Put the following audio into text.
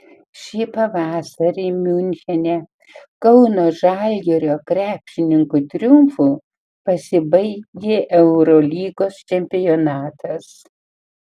šį pavasarį miunchene kauno žalgirio krepšininkų triumfu pasibaigė eurolygos čempionatas